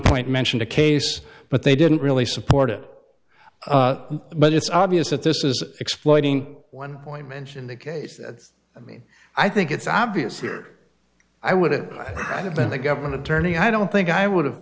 point mentioned a case but they didn't really support it but it's obvious that this is exploiting one point mention the case i mean i think it's obvious here i would have been the government attorney i don't think i would have